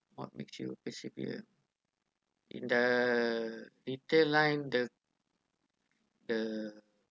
what makes you persevere in the retail line the the